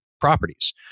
properties